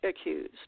accused